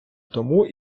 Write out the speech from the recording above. тому